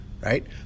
right